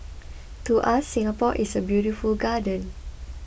to us Singapore is a beautiful garden